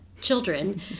children